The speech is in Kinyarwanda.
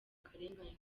akarengane